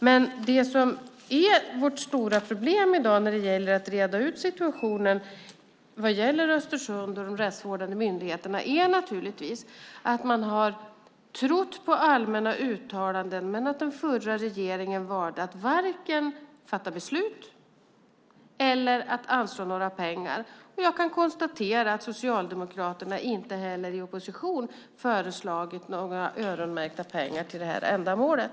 Men det som är vårt stora problem i dag när det gäller att reda ut situationen i Östersund och de rättsvårdande myndigheterna är naturligtvis att man har trott på allmänna uttalanden men att den förra regeringen valde att varken fatta beslut eller anslå några pengar. Och jag kan konstatera att Socialdemokraterna inte heller i opposition föreslagit några öronmärkta pengar till det här ändamålet.